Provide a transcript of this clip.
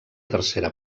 tercera